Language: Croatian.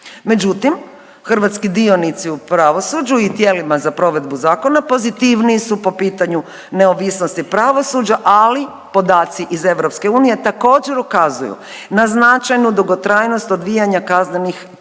Međutim, hrvatski dionici u pravosuđu i tijelima za provedbu zakona pozitivniji su po pitanju neovisnosti pravosuđa, ali podaci iz EU također ukazuju na značajnu dugotrajnost odvijanja kaznenih postupaka.